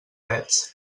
leds